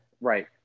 Right